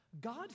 God